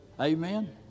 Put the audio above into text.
Amen